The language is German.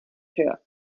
her